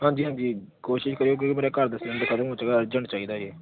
ਹਾਂਜੀ ਹਾਂਜੀ ਕੋਸ਼ਿਸ਼ ਕਰਿਓ ਕਿਉਂਕਿ ਮੇਰੇ ਘਰ ਦਾ ਸਿਲੰਡਰ ਖ਼ਤਮ ਹੋ ਚੁੱਕਾ ਅਰਜੈਂਟ ਚਾਹੀਦਾ ਜੇ